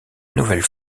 nouvelle